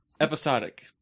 Episodic